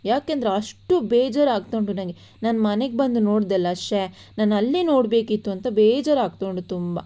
ಯಾಕೆಂದರೆ ಅಷ್ಟು ಬೇಜಾರಾಗ್ತಾ ಉಂಟು ನನಗೆ ನಾನು ಮನೆಗೆ ಬಂದು ನೋಡಿದೆ ಅಲ್ಲ ಛೆ ನಾನು ಅಲ್ಲೇ ನೋಡಬೇಕಿತ್ತು ಅಂತ ಬೇಜಾರಾಗ್ತಾ ಉಂಟು ತುಂಬ